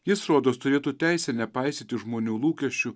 jis rodos turėtų teisę nepaisyti žmonių lūkesčių